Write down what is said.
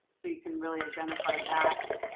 so you can really identify that.